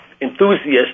enthusiasts